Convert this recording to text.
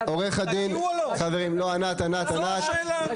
עורך הדין, חברים, לא, ענת, ענת.